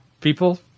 People